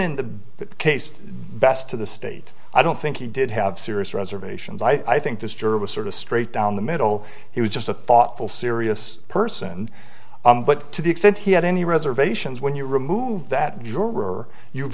in the case best to the state i don't think he did have serious reservations i think this juror was sort of straight down the middle he was just a thoughtful serious person but to the extent he had any reservations when you remove that juror you've